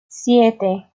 siete